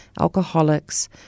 alcoholics